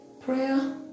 Prayer